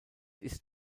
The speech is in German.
ist